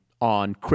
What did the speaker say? on